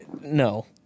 No